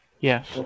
Yes